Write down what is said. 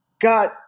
got